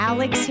Alex